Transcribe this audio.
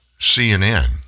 CNN